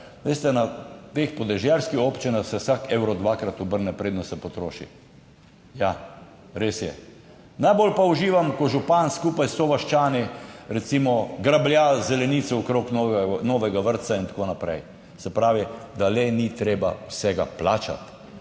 veste, na teh podeželskih občinah se vsak evro dvakrat obrne preden se potroši. Ja, res je. Najbolj pa uživam, ko župan skupaj s sovaščani recimo grablja zelenico okrog novega, novega vrtca in tako naprej. Se pravi, da le ni treba vsega plačati.